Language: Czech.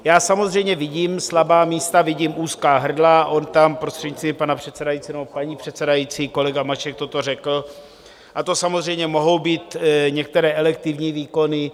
Já samozřejmě vidím slabá místa, vidím úzká hrdla, on tam, prostřednictvím pana předsedajícího nebo paní předsedající, kolega Mašek toto řekl, a to samozřejmě mohou být některé elektivní výkony.